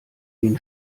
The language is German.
den